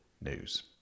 news